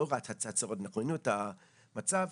לא רק בהצהרות נכונות אלא לפי המצב,